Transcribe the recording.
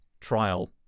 trial